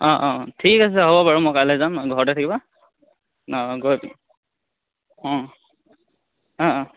অঁ অঁঁ অঁ ঠিক আছে হ'ব বাৰু মই কাইলৈ যাম ঘৰতে থাকিবা অঁ গৈ অঁ অঁ অঁ